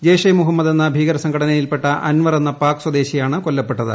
ജയ്ഷെ മുഹമ്മദ് എന്ന ഭീകര സംഘടനയിൽപ്പെട്ട അൻവർ എന്ന പാക് സ്വദേശിയാണ് കൊല്ലപ്പെട്ടത്